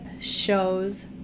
shows